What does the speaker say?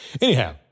Anyhow